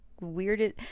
weirdest